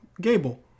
gable